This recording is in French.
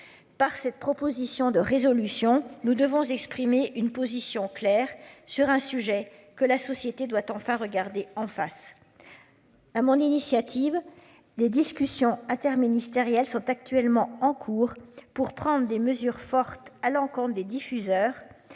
Par cette proposition de résolution nous devons exprimer une position claire sur un sujet que la société doit enfin regarder en face. À mon initiative des discussions interministérielles sont actuellement en cours pour prendre des mesures fortes à l'encontre des diffuseurs